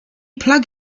plug